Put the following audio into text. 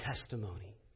testimony